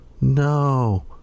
No